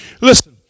listen